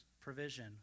provision